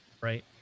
right